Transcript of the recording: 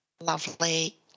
lovely